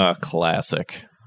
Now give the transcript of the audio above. classic